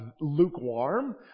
lukewarm